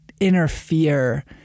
interfere